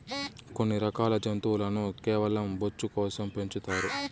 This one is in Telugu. కొన్ని రకాల జంతువులను కేవలం బొచ్చు కోసం పెంచుతారు